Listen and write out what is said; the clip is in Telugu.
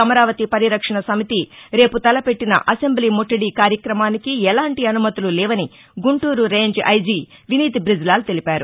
అమరావతి పరిరక్షణ సమితి రేపు తలపెట్టిన అసెంబ్లీ ముట్లడి కార్యక్రమానికి ఎలాంటీ అనుమతులు లేవని గుంటూరు రేంజ్ ఐజీ వినీత్ బ్రిజ్లాల్ తెలిపారు